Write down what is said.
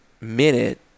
minute